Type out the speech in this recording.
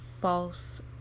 false